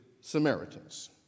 Samaritans